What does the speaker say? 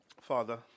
Father